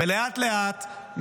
ולאט-לאט,